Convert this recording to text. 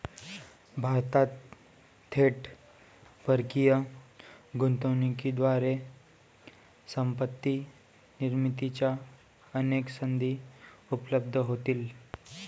भारतात थेट परकीय गुंतवणुकीद्वारे संपत्ती निर्मितीच्या अनेक संधी उपलब्ध होतील